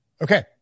okay